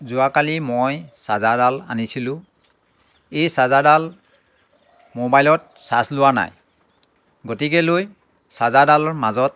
যোৱাকালি মই চাৰ্জাৰডাল আনিছিলোঁ এই চাৰ্জাৰডাল মোবাইলত চাৰ্জ লোৱা নাই গতিকেলৈ চাৰ্জাৰডাল মাজত